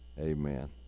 Amen